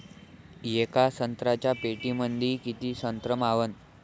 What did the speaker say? येका संत्र्याच्या पेटीमंदी किती संत्र मावन?